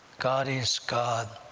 god is god.